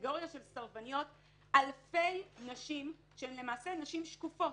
קטגוריות של סרבניות אלפי נשים שהן למעשה נשים שקופות.